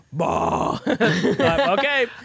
Okay